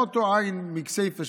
כמו אותו ע' מכסייפה,